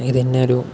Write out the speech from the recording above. ഇതുതന്നെ ഒരു